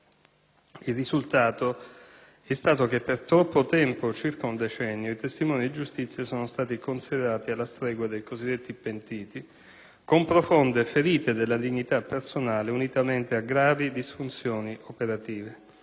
Il risultato è stato che per troppo tempo - circa un decennio - i testimoni di giustizia sono stati considerati alla stregua dei cosiddetti pentiti, con profonde ferite della dignità personale, unitamente a gravi disfunzioni operative.